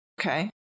okay